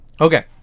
Okay